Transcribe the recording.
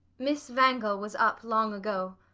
miss wangle was up long ago.